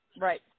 Right